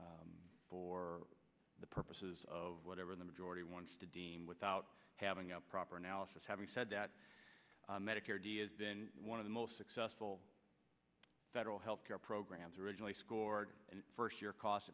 for the purposes of whatever the majority wants to deem without having a proper analysis having said that medicare d has been one of the most successful federal health care programs originally scored and first year cost